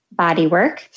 Bodywork